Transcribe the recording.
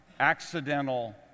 accidental